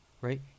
right